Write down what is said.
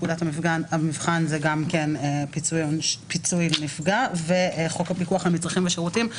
לפקודת המבחן זה גם כן פיצוי לנפגע; וחוק הפיקוח על מצרכים ושירותים,